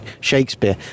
Shakespeare